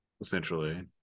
essentially